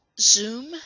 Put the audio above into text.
Zoom